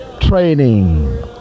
training